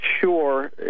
sure